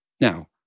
Now